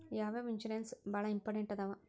ಯಾವ್ಯಾವ ಇನ್ಶೂರೆನ್ಸ್ ಬಾಳ ಇಂಪಾರ್ಟೆಂಟ್ ಅದಾವ?